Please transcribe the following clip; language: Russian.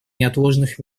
неотложных